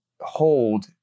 hold